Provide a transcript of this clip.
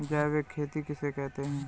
जैविक खेती किसे कहते हैं?